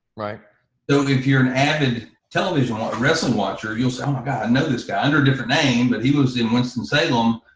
right? so if you're an avid television wrestling watcher, you'll say oh my god, i know this guy under a different name, but he was in winston salem,